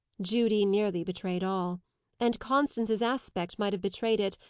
judy nearly betrayed all and constance's aspect might have betrayed it,